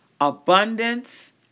abundance